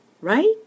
Right